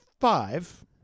five